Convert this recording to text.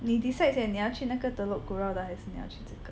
你 decide 先你要去那个 Telok Kurau 的还是你要去这个